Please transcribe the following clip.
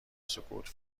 سکوت